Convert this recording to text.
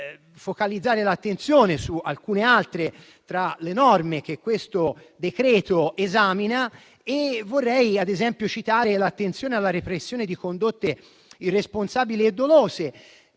focalizzare l'attenzione su alcune tra le norme che questo decreto-legge contiene. Ad esempio, vorrei citare l'attenzione alla repressione di condotte irresponsabili e dolose